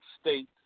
states